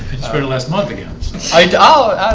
it's pretty less love against idolaters